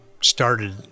started